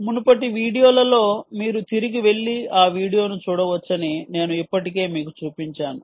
మునుపటి వీడియోలలో మీరు తిరిగి వెళ్లి ఆ వీడియోను చూడవచ్చని నేను ఇప్పటికే మీకు చూపించాను